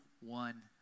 one